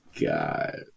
God